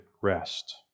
rest